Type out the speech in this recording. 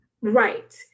Right